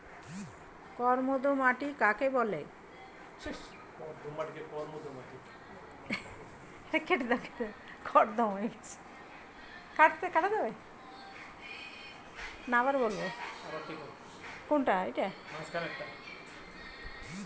কর্দম মাটি কাকে বলে?